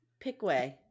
Pickway